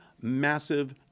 massive